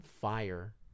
Fire